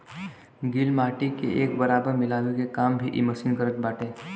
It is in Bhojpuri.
गिल माटी के एक बराबर मिलावे के काम भी इ मशीन करत बाटे